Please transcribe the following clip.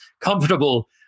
comfortable